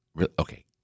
okay